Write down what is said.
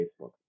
Facebook